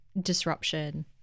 disruption